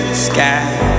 sky